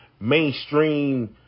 mainstream